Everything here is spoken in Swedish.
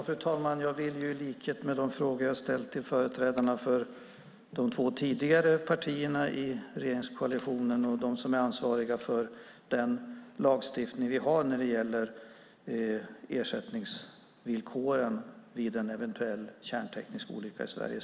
Fru talman! Jag har ställt frågor till de två tidigare företrädarna för partierna i regeringskoalitionen och dem som är ansvariga för den lagstiftning vi har när det gäller ersättningsvillkoren vid en eventuell kärnteknisk olycka i Sverige.